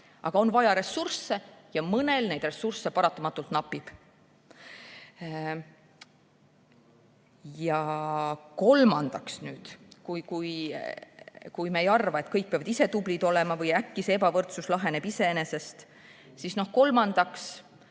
On vaja ressursse ja mõnel neid ressursse paratamatult napib. Kolmandaks. Kui me ei arva, et kõik peavad ise tublid olema või äkki see ebavõrdsus laheneb iseenesest, siis kolmandaks